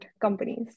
companies